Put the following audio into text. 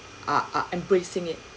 are are embracing it